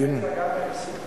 בהשבחת הגזע גם אין פסול.